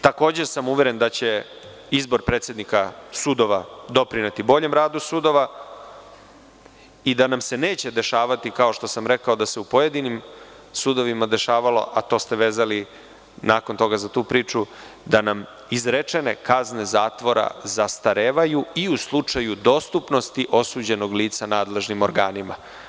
Takođe sam uveren da će izbor predsednika sudova doprineti boljem radu sudova i da nam se neće dešavati, kao što sam rekao, da se u pojedinim sudovima dešavalo, a to ste vezali nakon toga za tu priču da nam izrečene kazne zatvora zastarevaju i u slučaju dostupnosti osuđenog lica nadležnim organima.